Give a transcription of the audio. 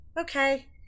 okay